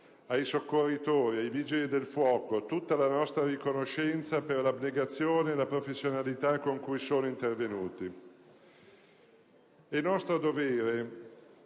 ai soccorritori e ai Vigili del fuoco tutta la nostra riconoscenza per l'applicazione e la professionalità con cui sono intervenuti. È nostro dovere